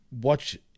watch